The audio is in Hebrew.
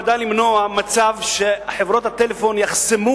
נועדה למנוע מצב שחברות הטלפון יחסמו